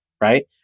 right